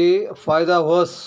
ते फायदा व्हस